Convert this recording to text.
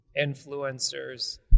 influencers